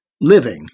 living